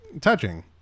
touching